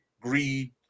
greed